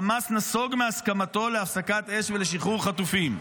חמאס נסוג מהסכמתו להפסקת אש ולשחרור חטופים.